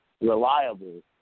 reliable